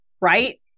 right